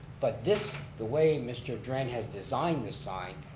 but this, the way mr. dren has designed this sign,